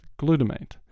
glutamate